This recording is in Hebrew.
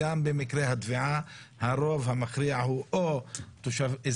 גם במקרי הטביעה הרוב המכריע הוא אזרחים